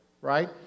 right